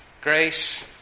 grace